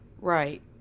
Right